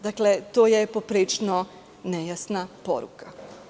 Dakle, to je poprilično nejasna poruka.